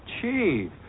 Chief